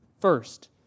First